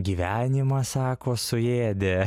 gyvenimą sako suėdė